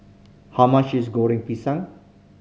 how much is Goreng Pisang